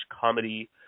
comedy